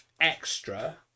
extra